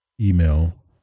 email